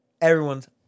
everyone's